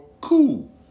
Cool